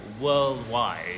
worldwide